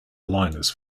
liners